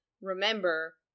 remember